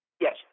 Yes